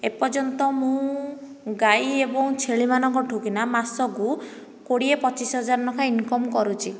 ଏ ପର୍ଯ୍ୟନ୍ତ ମୁଁ ଗାଈ ଏବଂ ଛେଳି ମାନଙ୍କଠୁ କିନା ମାସକୁ କୋଡ଼ିଏ ପଚିଶି ହଜାର ନଖା ଇନ୍କମ୍ କରୁଛି